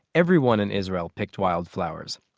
everyone in israel picked wildflowers.